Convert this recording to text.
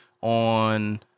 on